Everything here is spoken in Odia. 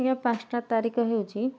ଆଜ୍ଞା ପାଞ୍ଚଟା ତାରିଖ ହେଉଛି